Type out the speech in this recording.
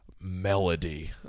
melody